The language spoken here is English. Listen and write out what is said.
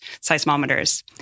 seismometers